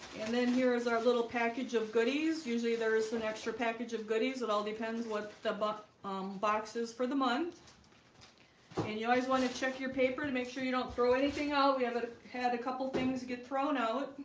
and then here is our little package of goodies usually there is an extra package of goodies it all depends what the but um boxes for the month and you always want to check your paper to make sure you don't throw anything out. we haven't had a couple things get thrown out